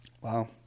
Wow